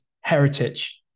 heritage